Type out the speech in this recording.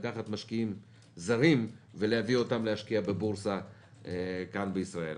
לקחת משקיעים זרים ולהביא אותם להשקיע בבורסה כאן בישראל.